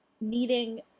needing